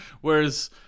Whereas